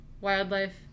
wildlife